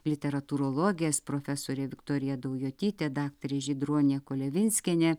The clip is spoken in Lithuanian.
literatūrologės profesorė viktorija daujotytė daktarė žydronė kolevinskienė